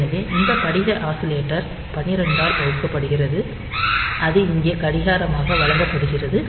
எனவே இந்த படிக ஆஸிலேட்டர் 12 ஆல் வகுக்கப்படுகிறது அது இங்கே கடிகாரமாக வழங்கப்படுகிறது